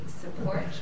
support